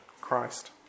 Christ